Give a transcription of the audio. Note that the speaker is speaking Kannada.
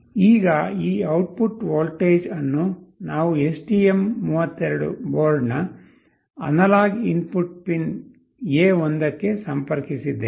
ಈಗ ಈ ಔಟ್ಪುಟ್ ವೋಲ್ಟೇಜ್ ಅನ್ನು ನಾವು STM32 ಬೋರ್ಡ್ನ ಅನಲಾಗ್ ಇನ್ಪುಟ್ ಪಿನ್ A1 ಗೆ ಸಂಪರ್ಕಿಸಿದ್ದೇವೆ